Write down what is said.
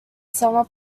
summer